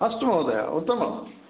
अस्तु महोदय उत्तमम्